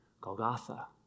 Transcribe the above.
Golgotha